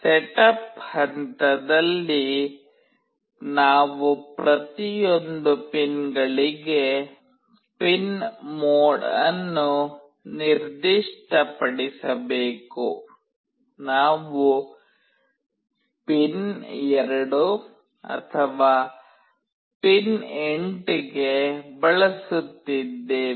setup ಹಂತದಲ್ಲಿ ನಾವು ಪ್ರತಿಯೊಂದು ಪಿನ್ಗಳಿಗೆ ಪಿನ್ ಮೋಡ್ ಅನ್ನು ನಿರ್ದಿಷ್ಟಪಡಿಸಬೇಕು ನಾವು ಪಿನ್ 2 ಅನ್ನು ಪಿನ್ 8 ಗೆ ಬಳಸುತ್ತಿದ್ದೇವೆ